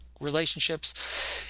relationships